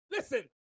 Listen